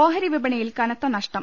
ഓഹരി വിപണിയിൽ കനത്ത നഷ്ടം